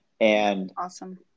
Awesome